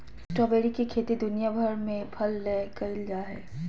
strawberry के खेती दुनिया भर में फल ले कइल जा हइ